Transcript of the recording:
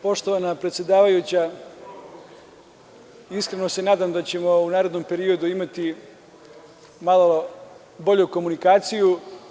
Poštovana predsedavajuća, iskreno se nadam da ćemo u narednom periodu imati malo bolju komunikaciju.